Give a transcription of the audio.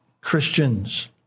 Christians